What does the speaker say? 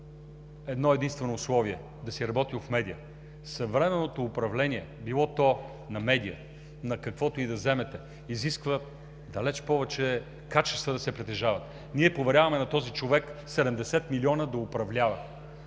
едно-единствено условие – да си работил в медия. Съвременното управление – било то на медия, на каквото и да вземете, изисква далеч повече качества да се притежават. Ние поверяваме на този човек да управлява